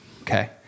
Okay